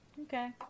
Okay